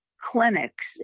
clinics